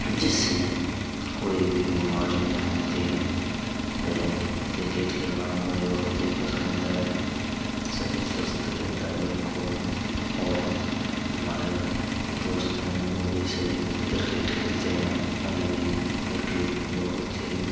जिससे कोई भी बीमारी नहीं होती ये किरकेट खेलना मुझे बहुत ही पसंद है शरीर स्वस्थ रहता है बिल्कुल और हमारे दोस्त हैं सभी वो भी किरकेट खेलते हैं उन्हें भी किरकेट बहुत ही